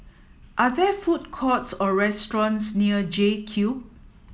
are there food courts or restaurants near J Cube